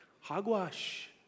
Hogwash